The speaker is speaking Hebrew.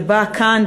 שבה כאן,